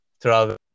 travel